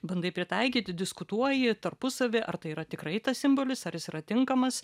bandai pritaikyti diskutuoji tarpusavy ar tai yra tikrai tas simbolis ar jis yra tinkamas